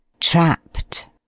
trapped